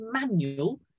manual